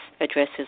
addresses